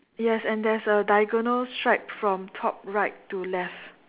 yes and there's a diagonal stripe from top right to left